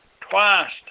twice